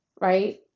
right